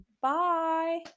Bye